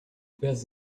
bez